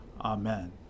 Amen